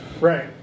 Right